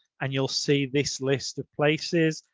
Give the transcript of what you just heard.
and you'll see this list of places.